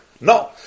No